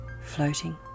Floating